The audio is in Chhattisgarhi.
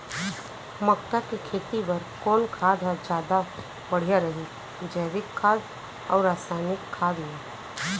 मक्का के खेती बर कोन खाद ह जादा बढ़िया रही, जैविक खाद अऊ रसायनिक खाद मा?